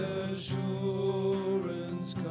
assurance